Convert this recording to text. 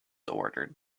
ordered